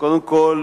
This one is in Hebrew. קודם כול,